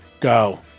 go